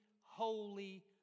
holy